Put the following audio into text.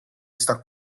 está